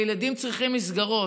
והילדים צריכים מסגרות.